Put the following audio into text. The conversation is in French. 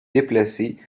déplacée